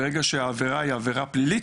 ברגע שעבירה היא פלילית,